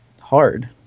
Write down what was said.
hard